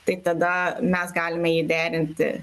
tai tada mes galime jį derinti